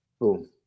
Boom